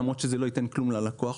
למרות שזה לא ייתן כלום ללקוח,